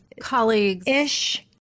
Colleagues-ish